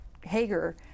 Hager